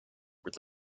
were